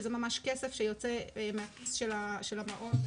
שזה ממש כסף שיוצא מהכיס של המעון,